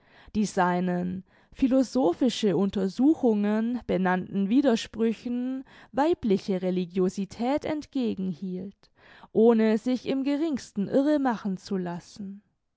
die seinen philosophische untersuchungen benannten widersprüchen weibliche religiosität entgegenhielt ohne sich im geringsten irre machen zu lassen